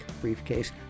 briefcase